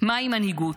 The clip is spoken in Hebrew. מהי מנהיגות?